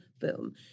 boom